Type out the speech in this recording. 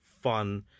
fun